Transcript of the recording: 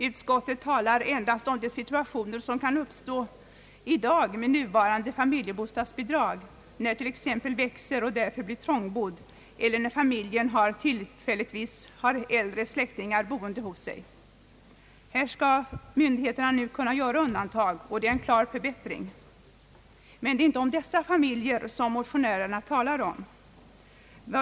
Utskottet talar endast om de situationer som i dag kan uppstå med nuvarande familjebostadsbidrag när familjen växer och därför blir trångbodd eller när familjen tillfälligtvis har äldre släktingar boende hos sig. I sådana fall skall myndigheterna nu kunna göra undantag, och det är en klar förbättring. Men det är inte dessa familjer motionärerna talar om.